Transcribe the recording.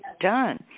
done